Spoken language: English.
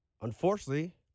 Unfortunately